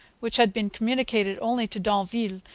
which had been communicated only to d'anville,